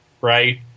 right